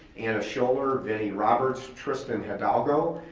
anna scholer, vinny roberts, tristan hildalgo,